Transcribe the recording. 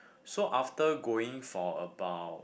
so after going for about